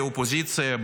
כאופוזיציה,